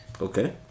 Okay